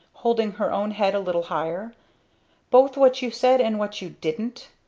holding her own head a little higher both what you said and what you didn't?